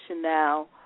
now